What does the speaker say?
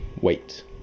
wait